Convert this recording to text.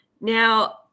now